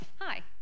Hi